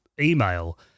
email